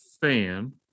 fan